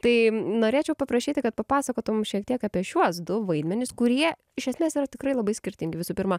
tai norėčiau paprašyti kad papasakotum šiek tiek apie šiuos du vaidmenis kurie iš esmės yra tikrai labai skirtingi visų pirma